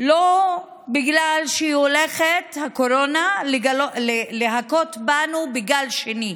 לא בגלל שהיא הולכת, הקורונה, להכות בנו בגל שני.